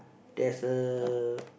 there's a